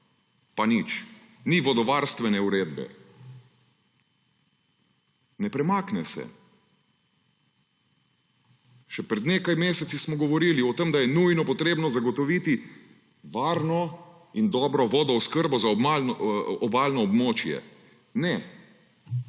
pa nič. Ni vodovarstvene uredbe, ne premakne se. Še pred nekaj meseci smo govorili o tem, da je nujno potrebno zagotoviti varno in dobro vodooskrbo za obalno območje. Ne!